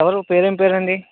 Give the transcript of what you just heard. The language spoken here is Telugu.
ఎవరు పేరు ఏం పేరండి